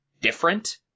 different